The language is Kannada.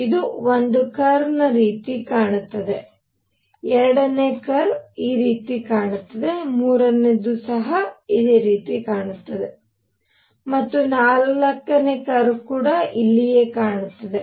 ಇದು ಒಂದು ಕರ್ವ್ ಈ ರೀತಿ ಕಾಣುತ್ತದೆ ಎರಡನೇ ಕರ್ವ್ ಈ ರೀತಿ ಕಾಣುತ್ತದೆ ಮೂರನೇ ಕರ್ವ್ ಈ ರೀತಿ ಕಾಣುತ್ತದೆ ಮತ್ತು ನಾಲ್ಕನೇ ಕರ್ವ್ ಇಲ್ಲಿಯೇ ಕಾಣುತ್ತದೆ